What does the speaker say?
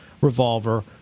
Revolver